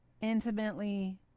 intimately